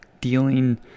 dealing